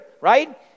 right